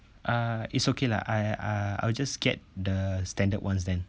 uh it's okay lah I I I will just get the standard ones then